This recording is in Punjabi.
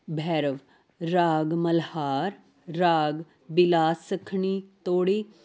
ਬੈਰਵ ਰਾਗ ਮਲਹਾਰ ਰਾਗ ਬਿਲਾ ਸੱਖਣੀ ਤੋੜੀ